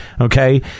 okay